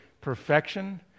perfection